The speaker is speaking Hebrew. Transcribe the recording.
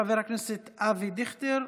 חבר הכנסת אבי דיכטר,